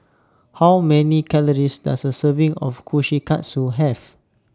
How Many Calories Does A Serving of Kushikatsu Have